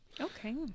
Okay